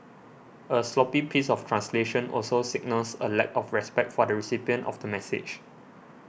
a sloppy piece of translation also signals a lack of respect for the recipient of the message